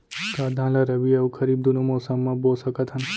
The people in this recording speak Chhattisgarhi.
का धान ला रबि अऊ खरीफ दूनो मौसम मा बो सकत हन?